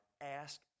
ask